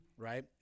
Right